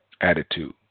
attitude